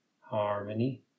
harmony